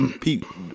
people